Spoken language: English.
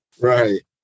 Right